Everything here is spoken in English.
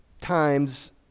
times